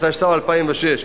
התשס"ו 2006,